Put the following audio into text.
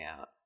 out